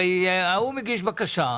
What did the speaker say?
הרי הוא מגיש בקשה,